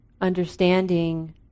understanding